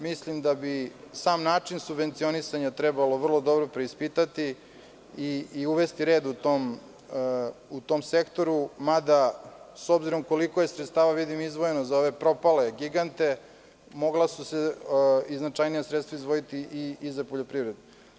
Mislim da bi sam način subvencionisanja trebalo vrlo dobro preispitati i uvesti red u tom sektoru, mada s obzirom koliko je sredstava izdvojeno za ove propale gigante mogla su se i značajnija sredstva izdvojiti i za poljoprivredu.